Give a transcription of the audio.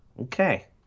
Okay